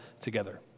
together